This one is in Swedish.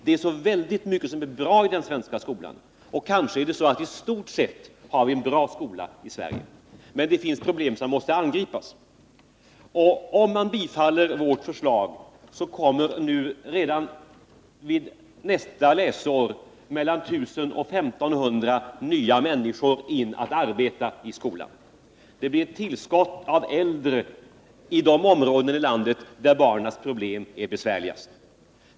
Det finns mycket som är bra i den svenska skolan, och kanske har vi i stort sett en bra skola här i Sverige. Men det finns problem som måste angripas. Om vårt förslag bifalles kommer redan nästa läsår mellan 1 000 och 1 500 människor att få arbete inom skolan. Det innebär ett tillskott av äldre i de områden av landet där skolorna har de största problemen.